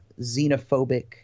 xenophobic